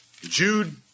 Jude